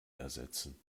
ersetzen